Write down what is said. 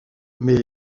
mais